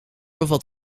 bevat